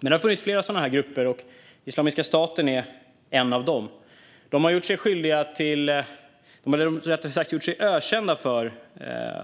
Men det har funnits flera sådana grupper, och Islamiska staten är en av dem. De har gjort sig ökända för